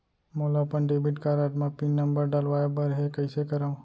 मोला अपन debit card म पिन नंबर डलवाय बर हे कइसे करव?